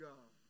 God